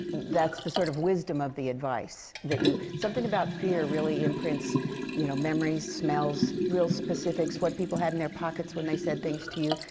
that's the sort of wisdom of the advice. that you something about fear really imprints you know memories, smells, real specifics. what people had in their pockets when they said things to you.